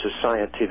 society